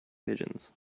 pigeons